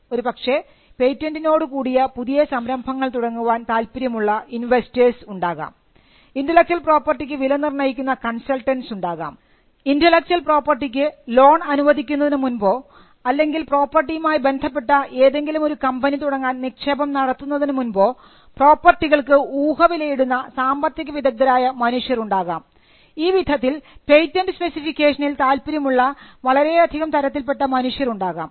ഒരുപക്ഷേ പേറ്റന്റോടികൂടിയ പുതിയ സംരംഭങ്ങൾ തുടങ്ങുവാൻ താല്പര്യമുള്ള ഇൻവെസ്റ്റേഴ്സ് ഉണ്ടാകാം ഇന്റെലക്ച്വൽ പ്രോപ്പർട്ടിക്ക് വില നിർണയിക്കുന്ന കൺസൾട്ടൻസ് ഉണ്ടാകാം ഇൻൻറലെക്ച്വൽ പ്രോപ്പർട്ടിക്ക് ലോൺ അനുവദിക്കുന്നതിനു മുൻപോ അല്ലെങ്കിൽ പ്രോപ്പർട്ടി മായി ബന്ധപ്പെട്ട ഏതെങ്കിലും ഒരു കമ്പനി തുടങ്ങാൻ നിക്ഷേപം നടത്തുന്നതിന് മുൻപോ പ്രോപ്പർട്ടികൾക്ക് ഊഹ വിലയിടുന്ന സാമ്പത്തിക വിദഗ്ധരായ മനുഷ്യൻ ഉണ്ടാകാം ഈ വിധത്തിൽ പേറ്റന്റ് സ്പെസിഫിക്കേഷനിൽ താല്പര്യമുള്ള വളരെയധികം തരത്തിൽപ്പെട്ട മനുഷ്യർ ഉണ്ടാകാം